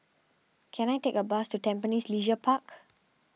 can I take a bus to Tampines Leisure Park